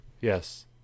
Yes